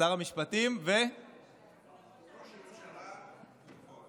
שר המשפטים, ראש הממשלה בפועל.